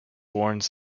warns